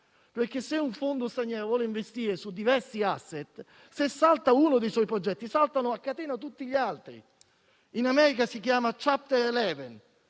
infatti, un fondo straniero vuole investire su diversi *asset*, se salta uno dei suoi progetti, saltano a catena tutti gli altri. In America esiste *Chapter* 11,